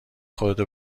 خودتو